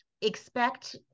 Expect